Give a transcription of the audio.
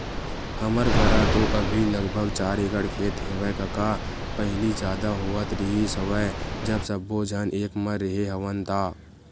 हमर करा तो अभी लगभग चार एकड़ खेत हेवय कका पहिली जादा होवत रिहिस हवय जब सब्बो झन एक म रेहे हवन ता